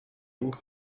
donc